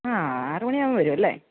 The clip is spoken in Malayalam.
ആ ആറ് മണിയാവുമ്പം വരും അല്ലെ